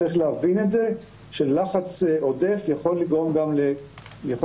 צריך להבין את זה שלחץ עודף יכול לגרום גם לנזק.